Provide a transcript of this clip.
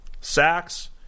sacks